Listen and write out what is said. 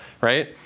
right